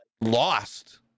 lost